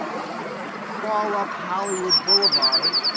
ah would crawl up hollywood boulevard.